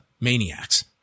maniacs